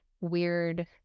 weird